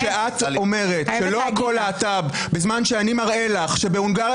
כשאת אומרת שלא הכול להט"ב בזמן שאני מראה לך שבהונגריה